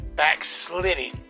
backsliding